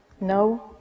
no